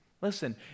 Listen